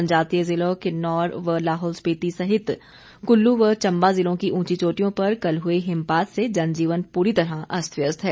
जनजातीय जिलों किन्नौर व लाहौल स्पीति सहित कुल्लू व चंबा जिलों की उंची चोटियों पर कल हुए हिमपात से जनजीवन पूरी तरह अस्त व्यस्त है